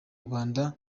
rwanda